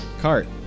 cart